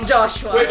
Joshua